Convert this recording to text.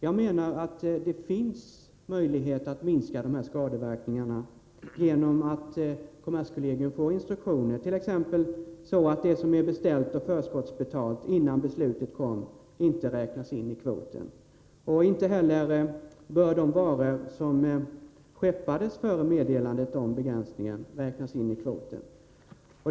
Jag menar att det finns möjlighet att minska skadeverkningarna genom instruktioner till kommerskollegium, t.ex. om att det som är beställt och förskottsbetalt innan beslutet fattades inte skall räknas in i kvoten. Inte heller bör de varor som skeppades före meddelandet om begränsningen räknas in i kvoten.